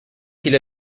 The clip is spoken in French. qu’il